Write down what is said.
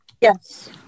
Yes